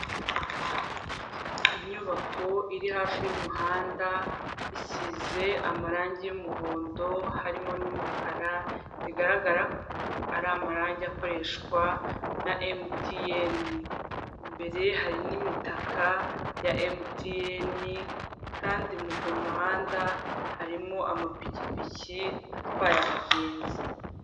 Ikibuga cy'ibitaka giciyemo imirongo y'umweru gifite n'inshundura hagati gikinirwaho umukino w'amaboko witwa tenisi hakurya hari aho abafana bicara, hakurya hari ishyamba ry'ibiti byinshi.